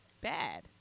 bad